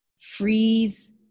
freeze